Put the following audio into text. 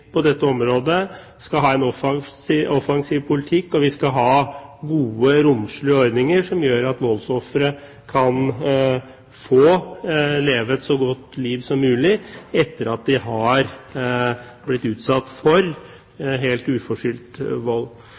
på dette området skal ha en offensiv politikk, og vi skal ha gode, romslige ordninger som gjør at voldsofre kan få leve et så godt liv som mulig etter at de helt uforskyldt har blitt utsatt for vold.